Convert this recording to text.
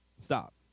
Stop